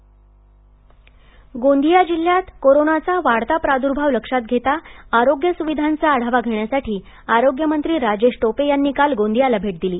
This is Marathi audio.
गोंदिया गोंदिया जिल्ह्यात कोरोनाचा वाढता प्रादुर्भाव लक्षात घेता आरोग्य सुविधांचा आढावा घेण्यासाठी आरोग्यमंत्री राजेश टोपे यांनी काल गोंदियाला भेट दिली